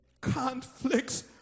conflicts